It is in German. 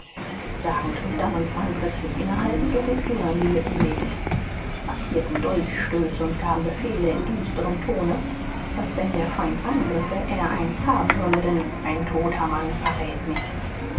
sagend und dann und wann plötzlich innehaltend und den finger an die lippen legend markierten dolchstöße und gaben befehle in düsterstem tone daß wenn der feind angriffe er eins haben solle denn ein toter mann verrät nichts